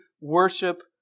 worship